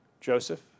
Joseph